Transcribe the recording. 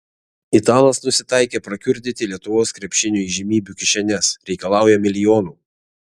italas nusitaikė prakiurdyti lietuvos krepšinio įžymybių kišenes reikalauja milijonų